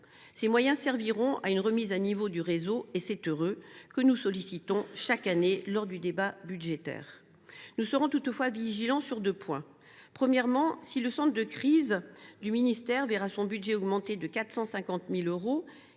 Ces moyens serviront à la remise à niveau du réseau – c’est heureux –, que nous sollicitons chaque année lors du débat budgétaire. Nous serons toutefois vigilants sur deux points. Premièrement, si le centre de crise et de soutien du ministère voit son budget augmenter de 450 000 euros,